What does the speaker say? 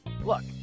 Look